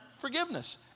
forgiveness